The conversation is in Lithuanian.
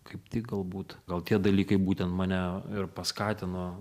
kaip tik galbūt gal tie dalykai būtent mane ir paskatino